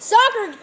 Soccer